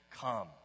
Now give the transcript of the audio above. come